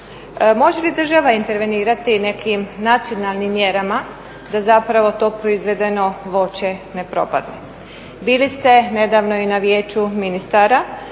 Može li država intervenirati nekim nacionalnim mjerama da zapravo to proizvedeno voće ne propadne? Bili ste nedavno i na Vijeću ministara